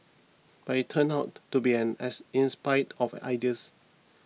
but it turned out to be an as inspired of ideas